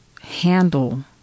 handle